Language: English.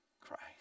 Christ